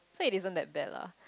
so it isn't that bad lah